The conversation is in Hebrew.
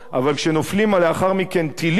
אבל כשנופלים לאחר מכן טילים,